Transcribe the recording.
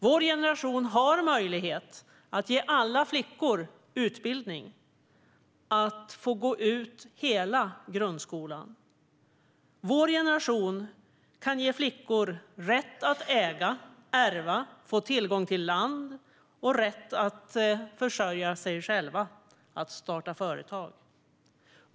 Vår generation har möjlighet att ge alla flickor utbildning och möjlighet att gå ut hela grundskolan. Vår generation kan ge flickor rätt att äga, ärva och få tillgång till land och rätt att försörja sig själva och att starta företag.